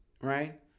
right